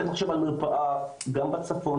צריך לחשוב על מרפאה גם בצפון,